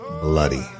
Bloody